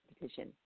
petition